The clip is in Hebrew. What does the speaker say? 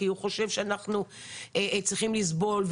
כי הוא חושב שאנחנו צריכים לסבול,